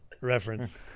reference